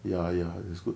ya ya that's good